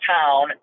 town